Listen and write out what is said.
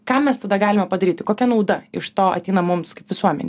ką mes tada galime padaryti kokia nauda iš to ateina mums kaip visuomenei